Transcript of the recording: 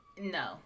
No